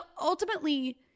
ultimately